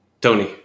Tony